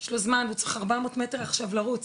יש לו זמן והוא צריך ארבע מאות מטר עכשיו לרוץ,